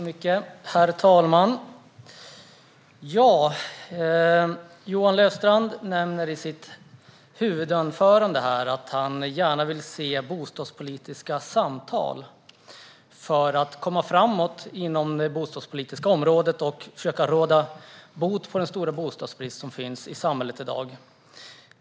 Herr talman! Johan Löfstrand nämnde i sitt huvudanförande att han gärna vill se bostadspolitiska samtal för att komma framåt på det bostadspolitiska området och för att försöka råda bot på den stora bostadsbrist som finns i samhället i dag.